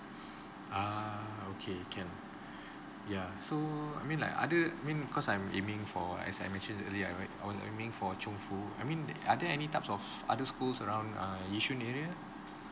ah okay can ya so I mean like other mean cause I'm aiming for as I mentioned earlier right I'm aiming for chong fu I mean are there any types of other schools around err yishun area